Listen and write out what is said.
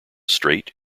strait